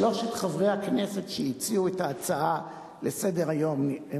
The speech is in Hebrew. שלושת חברי הכנסת שהציעו את ההצעה לסדר-היום הם